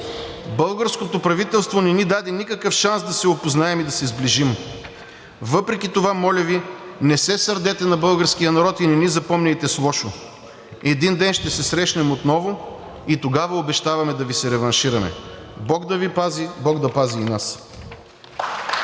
Българското правителство не ни даде никакъв шанс да се опознаем и да се сближим. Въпреки това, моля Ви, не се сърдете на българския народ и не ни запомняйте с лошо! Един ден ще се срещнем отново и тогава обещаваме да Ви се реваншираме. Бог да Ви пази, бог да пази и нас!